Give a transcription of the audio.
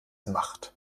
macht